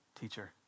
teacher